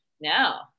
now